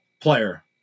player